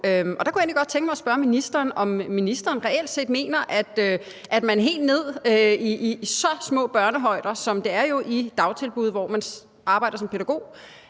og der kunne jeg egentlig godt tænke mig at spørge ministeren, om ministeren reelt set mener, at det helt ned i så små børnehøjder, som det jo er i dagtilbud, hvor man arbejder som pædagog,